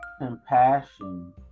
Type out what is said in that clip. compassion